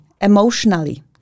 emotionally